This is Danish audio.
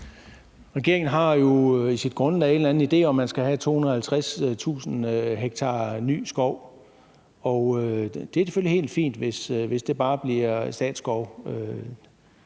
Regeringen har jo i sit grundlag en eller anden idé om, at man skal have 250.000 ha ny skov. Det er selvfølgelig helt fint, hvis det bare bliver statsskov